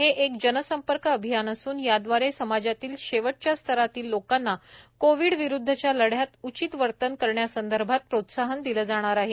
हे एक जन संपर्क अभियान असून यादवारे समाजातील शेवटच्या स्तरातील लोकांना कोविड विरुद्धच्या लढ्यात उचित वर्तन करण्यासंदर्भात प्रोत्साहन दिले जाणार आहे